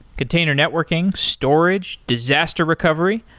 container networking, storage, disaster recovery,